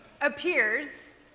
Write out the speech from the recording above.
appears